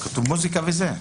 כתוב שאסור מוזיקה ודברים כאלה.